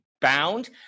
bound